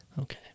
Okay